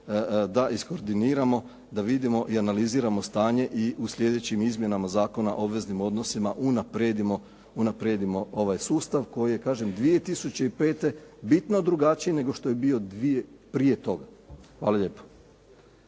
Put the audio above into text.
da iskoridiniramo da vidimo i analiziramo stanje i u sljedećim izmjenama Zakona o obveznim odnosima unaprijedimo ovaj sustav, koji kažem 2005. bitno drugačiji nego što je bio prije toga. Hvala lijepa.